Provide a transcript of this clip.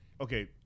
okay